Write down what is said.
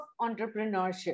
entrepreneurship